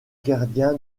gardien